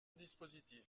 dispositif